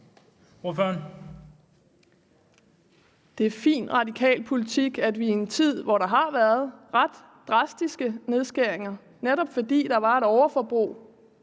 Det er fin radikal politik, at vi udvider i en tid, hvor der har været ret drastiske nedskæringer, netop fordi der var et overforbrug,